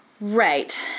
Right